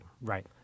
right